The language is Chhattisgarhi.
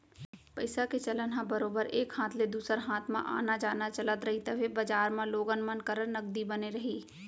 पइसा के चलन ह बरोबर एक हाथ ले दूसर हाथ म आना जाना चलत रही तभे बजार म लोगन मन करा नगदी बने रही